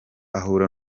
ahura